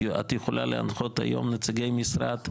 את יכולה להנחות היו נציגי משרד?